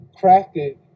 crafted